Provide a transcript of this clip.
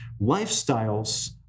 Lifestyles